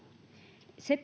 se